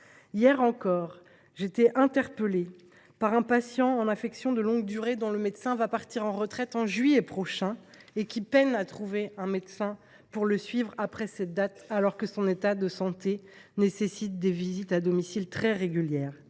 Hier encore, j’ai été interpellée par un patient en affection de longue durée dont le médecin traitant part à la retraite le 1 juillet prochain et qui peine à trouver un médecin pour le suivre après cette date, alors même que son état de santé nécessite des visites à domicile très régulières.